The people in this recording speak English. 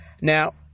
now